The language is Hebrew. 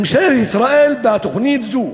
ממשלת ישראל בתוכנית זו,